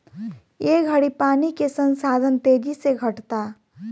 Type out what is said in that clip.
ए घड़ी पानी के संसाधन तेजी से घटता